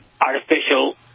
artificial